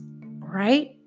right